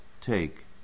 take